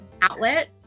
outlet